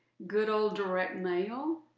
good old direct mail.